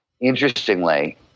interestingly